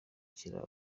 kiraro